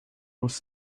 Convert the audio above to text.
was